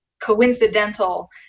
coincidental